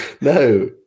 No